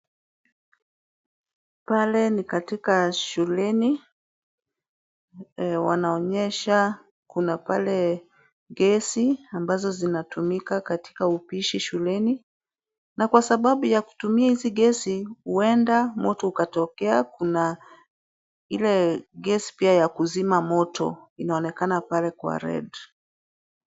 Pale ni katika shuleni, wanaonyesha kuna pale gesi ambazo zinatumika katika upishi shuleni, na kwa sababu ya kutumia hizi gesi huenda moto ukatokea. Kuna ile gesi pia ya kuzima moto inaonekana pale kwa red .